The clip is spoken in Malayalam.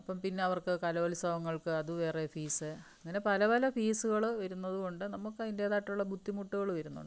അപ്പം പിന്നെ അവർക്ക് കലോത്സവങ്ങൾക്ക് അത് വേറെ ഫീസ് അങ്ങനെ പല പല ഫീസുകള് വരുന്നത് കൊണ്ട് നമുക്ക്യിൻ്റെേതായിട്ടുള്ള ബുദ്ധിമുട്ടുകള് വരുന്നുണ്ട്